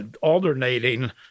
alternating